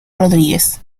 rodríguez